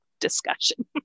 discussion